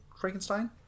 Frankenstein